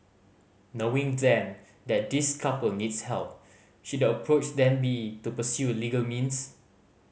knowing then that this couple needs help should approach then be to pursue legal means